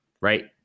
right